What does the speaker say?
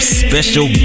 special